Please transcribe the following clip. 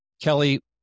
kelly